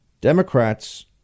Democrats